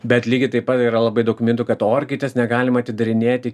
bet lygiai taip pat yra labai daug mitų kad orkaitės negalima atidarinėti